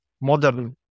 modern